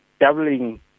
doubling